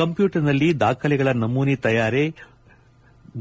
ಕಂಪ್ಲೂಟರ್ನಲ್ಲಿ ದಾಖಲೆಗಳ ನಮೂನೆ ತಯಾರಿ